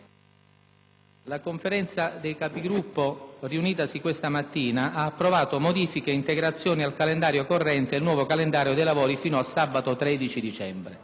La Conferenza dei Capigruppo, riunitasi questa mattina, ha approvato modifiche e integrazioni al calendario corrente e il nuovo calendario dei lavori fino a sabato 13 dicembre.